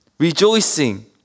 Rejoicing